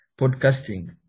podcasting